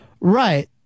Right